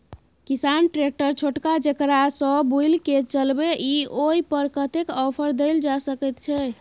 किसान ट्रैक्टर छोटका जेकरा सौ बुईल के चलबे इ ओय पर कतेक ऑफर दैल जा सकेत छै?